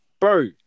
Bro